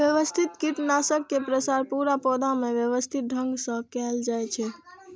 व्यवस्थित कीटनाशक के प्रसार पूरा पौधा मे व्यवस्थित ढंग सं कैल जाइ छै